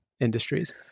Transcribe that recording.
industries